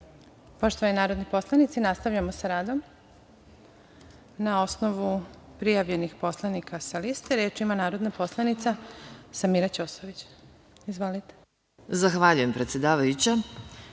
Poštovani narodni poslanici, nastavljamo sa radom. Na osnovu prijavljenih poslanika sa liste, reč ima narodna poslanica Samira Ćosović. Izvolite. **Samira Ćosović**